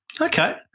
Okay